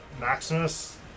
Maximus